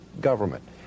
government